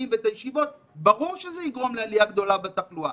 והישיבות ברור שזה יגרום לעלייה גדולה בתחלואה.